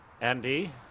andy